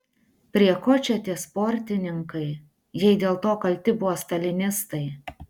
prie ko čia tie sportininkai jei dėl to kalti buvo stalinistai